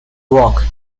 rock